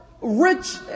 rich